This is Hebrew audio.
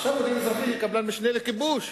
היא קבלן משנה לכיבוש.